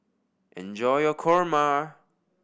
enjoy your kurma